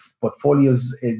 portfolios